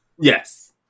Yes